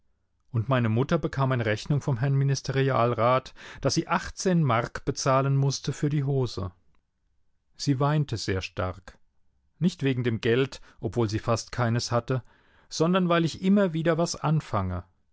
und meine mutter bekam eine rechnung vom herrn ministerialrat daß sie achtzehn mark bezahlen mußte für die hose sie weinte sehr stark nicht wegen dem geld obwohl sie fast keines hatte sondern weil ich immer wieder was anfange